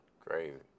Crazy